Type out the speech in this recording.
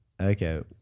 okay